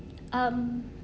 um